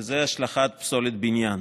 וזה השלכת פסולת בניין.